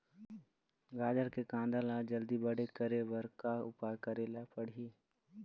गाजर के कांदा ला जल्दी बड़े करे बर का उपाय करेला पढ़िही?